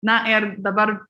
na ir dabar